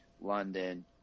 London